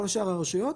כל שאר הרשויות